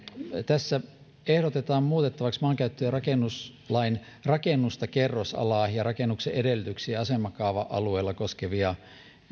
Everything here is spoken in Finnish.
tässä ehdotetaan muutettavaksi maankäyttö ja rakennuslain rakennusta kerrosalaa ja rakennuksen edellytyksiä asemakaava alueella koskevia